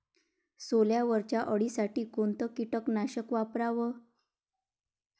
सोल्यावरच्या अळीसाठी कोनतं कीटकनाशक वापराव?